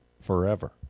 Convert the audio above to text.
forever